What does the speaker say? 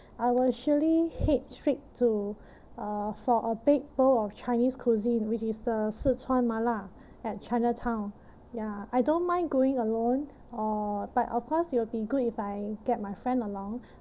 I will surely head straight to uh for a big bowl of chinese cuisine which is the sichuan mala at chinatown ya I don't mind going alone or but of course it will be good if I get my friend along